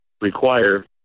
require